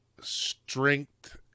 Strength